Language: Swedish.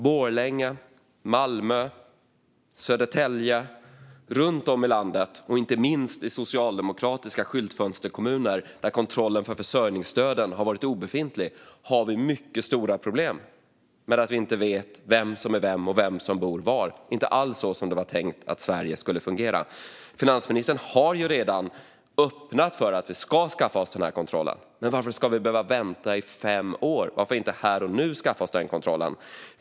Borlänge, Malmö och Södertälje - ja, runt om i landet och inte minst i socialdemokratiska skyltfönsterkommuner där kontrollen av försörjningsstöden har varit obefintlig finns mycket stora problem med att man inte vet vem som är vem och vem som bor var. Det är inte alls så som det var tänkt att Sverige skulle fungera. Finansministern har redan öppnat för att vi ska skaffa oss sådana kontroller. Men varför vänta i över fem år? Varför kan vi inte skaffa oss denna kontroll här och nu?